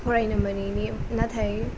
फरायनो मोनिनि नाथाय